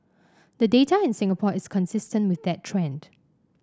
the data in Singapore is consistent with that trend